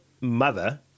Mother